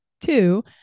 two